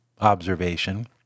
observation